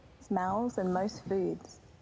smells, and most foods.